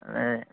ए